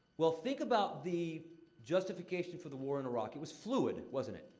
well, think about the justification for the war in iraq. it was fluid, wasn't it?